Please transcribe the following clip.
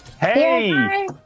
Hey